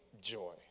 joy